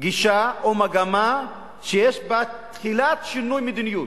גישה או מגמה שיש בה תחילת שינוי מדיניות,